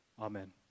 Amen